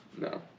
No